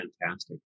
fantastic